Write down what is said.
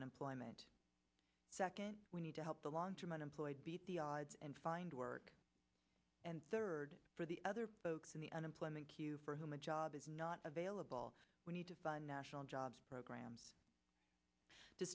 unemployment we need to help the long term unemployed beat the odds and find work and third for the other folks in the unemployed q for whom a job is not available we need to find national jobs programs to